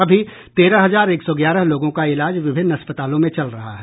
अभी तेरह हजार एक सौ ग्यारह लोगों का इलाज विभिन्न अस्पतालों में चल रहा है